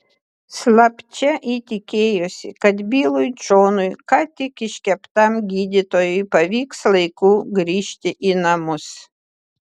slapčia ji tikėjosi kad bilui džonui ką tik iškeptam gydytojui pavyks laiku grįžti į namus